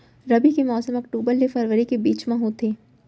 रबी के मौसम अक्टूबर ले फरवरी के बीच मा होथे